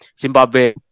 Zimbabwe